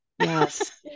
Yes